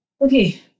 okay